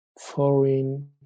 foreign